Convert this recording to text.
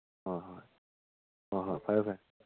ꯍꯣꯏ ꯍꯣꯏ ꯍꯣꯏ ꯍꯣꯏ ꯐꯔꯦ ꯐꯔꯦ